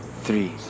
three